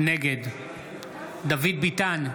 נגד דוד ביטן,